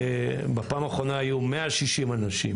בפעם האחרונה היו 160 אנשים,